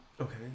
okay